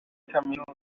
kaminuza